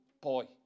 boy